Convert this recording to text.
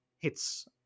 hits